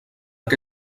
què